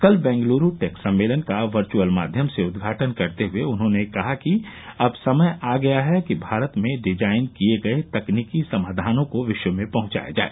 कल बेंगलुरू टेक सम्मेलन का वर्चुअल माध्यम से उद्घाटन करते हुए उन्होंने कहा कि अब समय आ गया है कि भारत में डिजाइन किए गए तकनीकी समाधानों को विश्व में पहुंचाया जाए